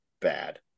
bad